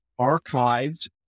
archived